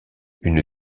une